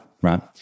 Right